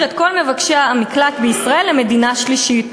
את כל מבקשי המקלט בישראל למדינה שלישית.